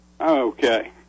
Okay